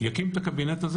יקים את הקבינט הזה